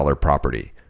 property